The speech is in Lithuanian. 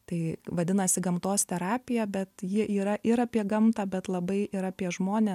tai vadinasi gamtos terapija bet ji yra ir apie gamtą bet labai ir apie žmone